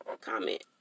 comment